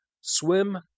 swim